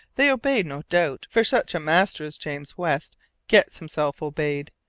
they obeyed, no doubt, for such a master as james west gets himself obeyed,